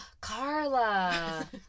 Carla